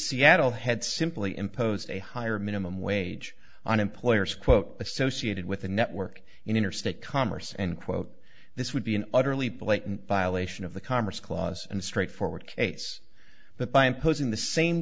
seattle had simply imposed a higher minimum wage on employers quote associated with a network in interstate commerce and quote this would be an utterly blatant violation of the commerce clause and straightforward case but by imposing the same